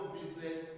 business